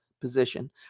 position